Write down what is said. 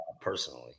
personally